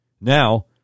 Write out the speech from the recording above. Now